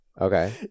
Okay